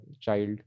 child